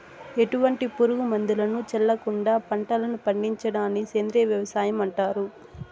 ఎటువంటి పురుగు మందులను చల్లకుండ పంటలను పండించడాన్ని సేంద్రీయ వ్యవసాయం అంటారు